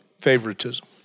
favoritism